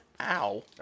Ow